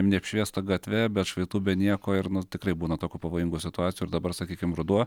neapšviesta gatve be atšvaitų be nieko ir nu tikrai būna tokių pavojingų situacijų ir dabar sakykim ruduo